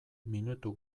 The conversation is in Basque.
minutu